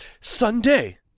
Sunday